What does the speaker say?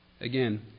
Again